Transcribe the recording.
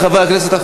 חברי חברי הכנסת,